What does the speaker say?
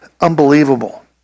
unbelievable